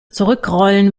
zurückrollen